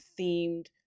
themed